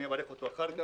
אני אברך אותו אחר כך,